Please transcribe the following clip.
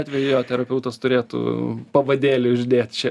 atveju jo terapeutas turėtų pavadėlį uždėt čia